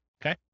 Okay